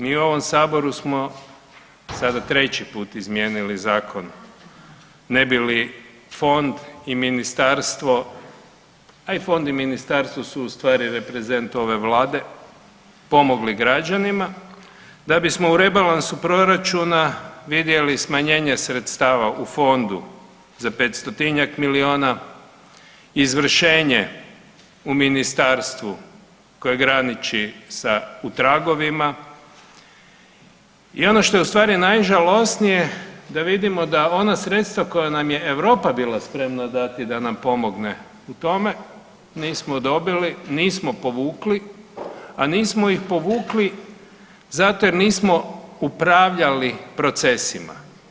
Mi u ovom saboru smo sada treći put izmijenili zakon ne bi li fond i ministarstvo, a i fond i ministarstvo su ustvari reprezent ove vlade, pomogli građanima, da bismo u rebalansu proračuna vidjeli smanjenje sredstava u fondu za 500-njak milijuna, izvršenje u ministarstvu koje graniči sa u tragovima i ono što je ustvari najžalosnije da vidimo da ona sredstva koja nam je Europa bila spremna dati da nam pomogne u tome, nismo dobili, nismo povukli, a nismo ih povukli zato jer nismo upravljali procesima.